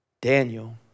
Daniel